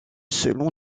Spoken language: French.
selon